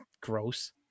gross